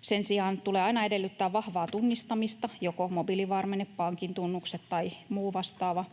Sen sijaan tulee aina edellyttää vahvaa tunnistamista joko mobiilivarmenteella, pankin tunnuksilla tai muulla vastaavalla,